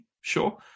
sure